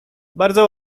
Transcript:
bardzo